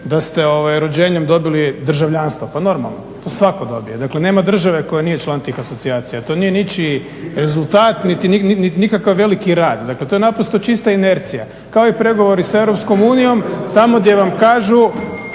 da ste rođenjem dobili državljanstvo. Pa normalno, to svatko dobije. Dakle, nema države koja nije član tih asocijacija. To nije ničiji rezultat niti nikakav veliki rad, to je naprosto čista inercija. Kao i pregovori sa EU tamo gdje vam kažu